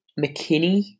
McKinney